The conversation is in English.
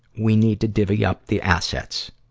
we need to divvy up the assets.